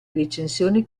recensioni